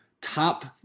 top